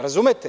Razumete?